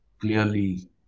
clearly